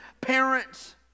parents